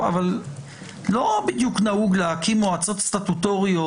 אבל לא בדיוק נהוג להקים מועצות סטטוטוריות